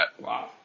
Wow